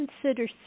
consider